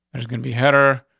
there's gonna be header.